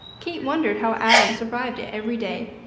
kate wondered how adam survived it every day.